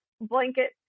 blanket